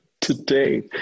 today